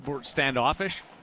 standoffish